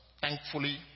thankfully